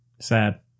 Sad